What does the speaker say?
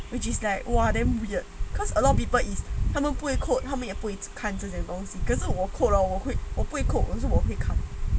which is like !wah! damn weird because a lot of people is 他们不会 code 他们也不会看这些东西可是我 code hor 我会我不会 code 可是我会看